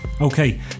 Okay